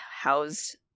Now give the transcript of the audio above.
housed